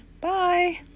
Bye